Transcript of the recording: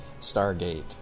Stargate